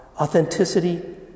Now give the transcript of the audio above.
Authenticity